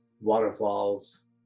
waterfalls